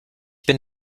bin